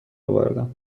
اوردم